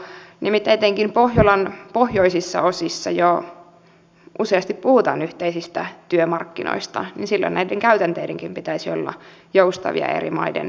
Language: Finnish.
nimittäin kun etenkin pohjolan pohjoisissa osissa jo useasti puhutaan yhteisistä työmarkkinoista silloin näiden käytänteidenkin pitäisi olla joustavia eri maiden välillä